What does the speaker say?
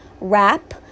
Wrap